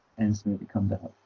and smoothie come down.